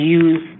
use